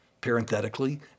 Parenthetically